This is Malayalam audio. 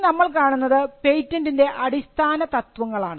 ഇനി നമ്മൾ കാണുന്നത് പേറ്റന്റ്സിൻറെ അടിസ്ഥാന തത്വങ്ങളാണ്